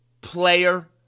player